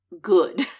good